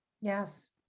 yes